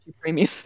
premium